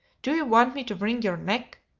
do you want me to wring your neck?